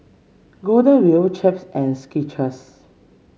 Golden Wheel Chaps and Skechers